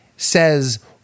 says